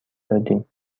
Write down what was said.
دادیم